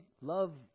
love